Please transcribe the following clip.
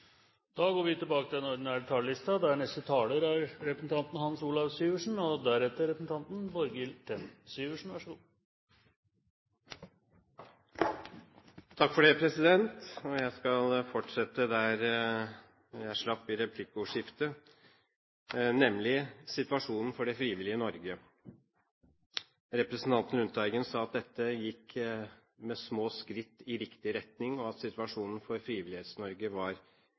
er omme. Jeg skal fortsette der jeg slapp i replikkordskiftet, nemlig situasjonen for det frivillige Norge. Representanten Lundteigen sa at dette gikk med små skritt i riktig retning, og at situasjonen for Frivillighets-Norge var